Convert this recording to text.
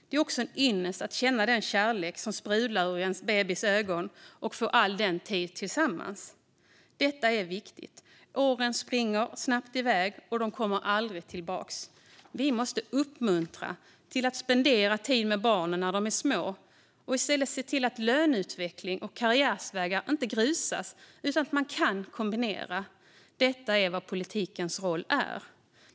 Det är också en ynnest att känna den kärlek som sprudlar ur ens bebis ögon och att få all denna tid tillsammans. Detta är viktigt. Åren springer snabbt iväg och kommer aldrig tillbaka. Vi måste uppmuntra till att spendera tid med barnen när de är små och se till att löneutveckling och karriärvägar inte grusas utan att man kan kombinera. Detta är politikens roll.